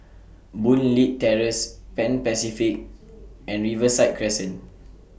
Boon Leat Terrace Pan Pacific and Riverside Crescent